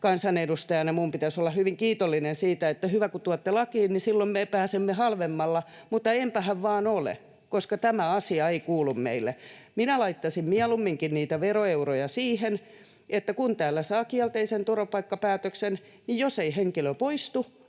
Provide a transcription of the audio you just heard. kansanedustajana minun pitäisi olla hyvin kiitollinen siitä, että hyvä, kun tuotte tämän lakiin, niin silloin me pääsemme halvemmalla, mutta enpähän vain ole, koska tämä asia ei kuulu meille. Minä laittaisin mieluummin niitä veroeuroja siihen, että kun täällä saa kielteisen turvapaikkapäätöksen, niin jos ei henkilö poistu,